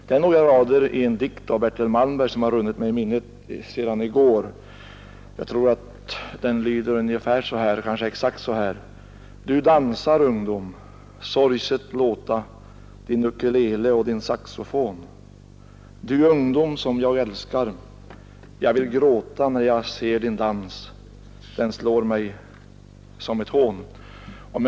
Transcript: Det är några rader i en dikt av Erik Axel Karlfeldt som har runnit mig i minnet sedan i går: ”Du dansar, bleka ungdom, sorgset låta Du ungdom som jag älskar, jag vill gråta att se din dans; den slår mig som ett hån.